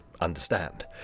understand